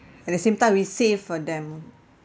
at the same time we save for them